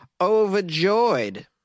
overjoyed